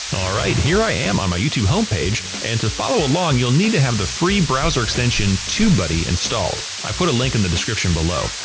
alright here i am on my youtube homepage, and to follow along you'll need to have the free browser extension tubebuddy installed. i put a link in the description below.